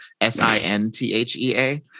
S-I-N-T-H-E-A